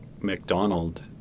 McDonald